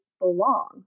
belong